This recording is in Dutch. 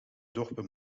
dorpen